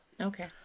Okay